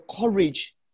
courage